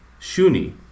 Shuni